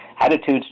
attitudes